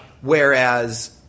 Whereas